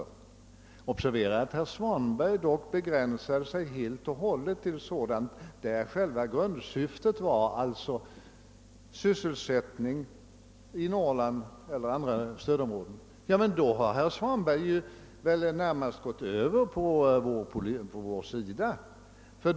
Men observera att herr Svanberg dock begränsade sig helt och hållet till sådant vars själva grundsyfte alltså var sysselsättningen i Norrland eller andra stödområden. Men då har herr Svanberg delvis gått över på vår sida.